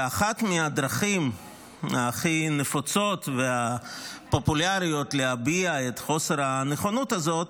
ואחת מהדרכים הכי נפוצות והפופולריות להביע את חוסר הנכונות הזאת